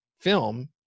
film